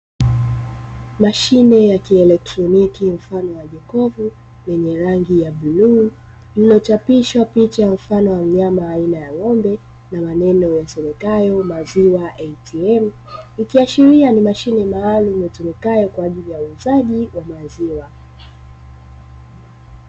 Mashine ya kielektroniki ya mfano wa jokofu yenye rangi ya bluu iliyochapishwa picha ya mfano wa nyama aina ya ng'ombe na maneno yasomekayo "maziwa ATM",ikiashiria ni mashine maalumu itumikayo kwa ajili ya uuzaji wa maziwa.